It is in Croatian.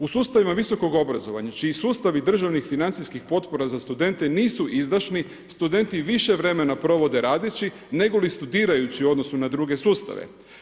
U sustavima visokog obrazovanja, čiji sustavi državnih financijskih potpora za studente nisu izdašni, studenti više vremena provodi radeći, nego li studirajući u odnosu na druge sustave.